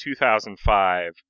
2005